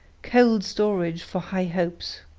cold storage for high hopes.